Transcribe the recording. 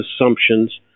assumptions